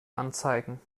anzeigen